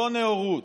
זו נאורות,